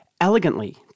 elegantly